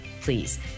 Please